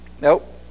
nope